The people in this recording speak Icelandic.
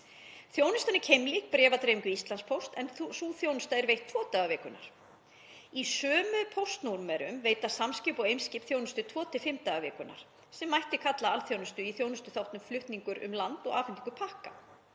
Þjónustan er keimlík bréfadreifingu Íslandspósts en sú þjónusta er veitt tvo daga vikunnar. Í sömu póstnúmerum veita Samskip og Eimskip þjónustu tvo til fimm daga vikunnar, sem mætti kalla alþjónustu í þjónustuþáttunum flutningur um landið og afhending pakka.